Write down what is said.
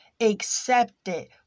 accepted